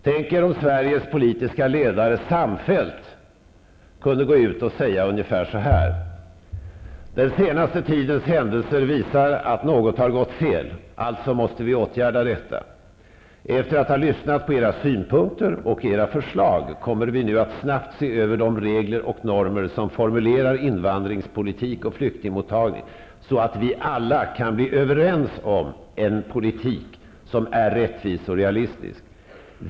Tänk er om Sveriges politiska ledare samfällt kunde gå ut och säga ungefär så här: ''Den senaste tidens händelser visar att något har gått fel. Alltså måste vi åtgärda detta. Efter att ha lyssnat på era synpunkter och era förslag kommer vi nu att snabbt se över de regler och normer som formulerar invandringspolitik och flyktingmottagning, så att vi alla kan bli överens om en politik som är rättvis och realistisk.